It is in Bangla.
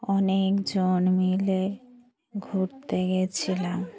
অনেকজন মিলে ঘুরতে গিয়েছিলাম